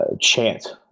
chant